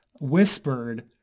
whispered